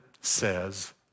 says